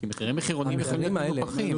כי מחירי מחירונים הם לפעמים מנופחים.